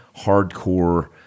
hardcore